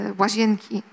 łazienki